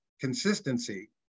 consistency